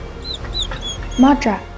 Madra